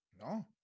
No